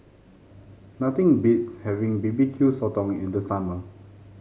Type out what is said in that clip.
nothing beats having B B Q Sotong in the summer